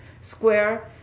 square